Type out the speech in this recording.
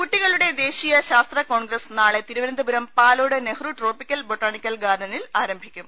കുട്ടികളുടെ ദേശീയ ശാസ്ത്ര കോൺഗ്രസ് നാളെ Thiruvananthapuram Palode Nehru tropical botanical ഗാർഡനിൽ ആരംഭിക്കും